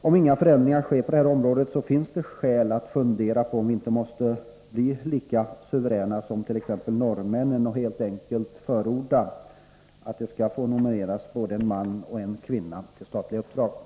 Om inga förändringar sker på det här området finns det skäl att fundera på om vi inte måste bli lika ”suveräna” som t.ex. norrmännen och helt enkelt förordna att det skall nomineras både en kvinna och en man till statliga uppdrag. En